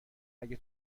اگه